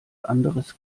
anderes